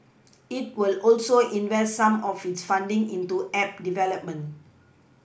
it will also invest some of its funding into app development